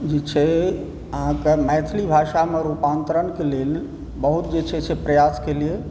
जे छै अहाँकेॅं मैथिली भाषामे रूपांतरणके लेल बहुत जे छै से प्रयास केलियै